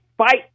fight